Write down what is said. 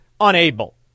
unable